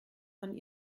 von